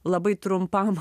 labai trumpam